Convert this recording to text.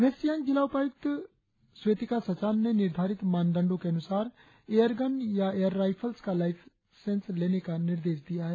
waste Siang जिला उपायुक्त ने निर्धारित मानदंडो के अनुसार एयरगन या एयरराईफल्स का लाईसेंस लेने का निर्देश दिया है